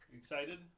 excited